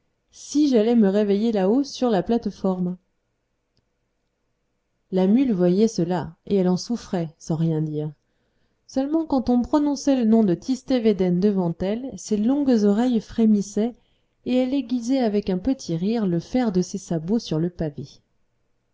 si j'allais me réveiller là-haut sur la plateforme la mule voyait cela et elle en souffrait sans rien dire seulement quand on prononçait le nom de tistet védène devant elle ses longues oreilles frémissaient et elle aiguisait avec un petit rire le fer de ses sabots sur le pavé